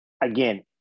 again